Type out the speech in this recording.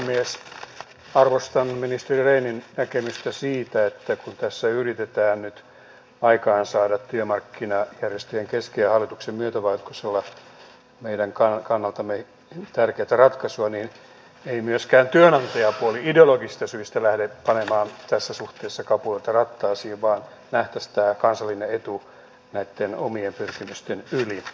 arvostan ministeri rehnin näkemystä siitä että kun tässä yritetään nyt aikaansaada työmarkkinajärjestöjen kesken ja hallituksen myötävaikutuksella meidän kannaltamme tärkeätä ratkaisua niin ei myöskään työnantajapuoli ideologisista syistä lähde panemaan tässä suhteessa kapuloita rattaisiin vaan nähtäisiin tämä kansallinen etu näitten omien pyrkimysten yli